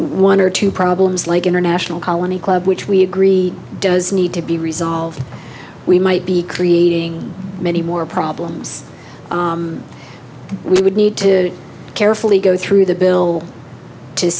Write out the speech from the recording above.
one or two problems like international colony club which we agree does need to be resolved we might be creating many more problems we would need to carefully go through the bill to